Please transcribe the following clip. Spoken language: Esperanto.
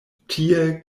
tie